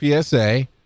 PSA